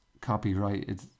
copyrighted